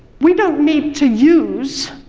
we don't need to use